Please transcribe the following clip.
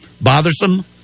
bothersome